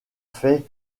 fait